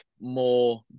more